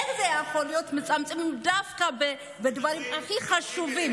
איך זה יכול להיות שמצמצמים דווקא בדברים הכי חשובים?